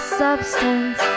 substance